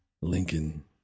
Lincoln